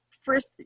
first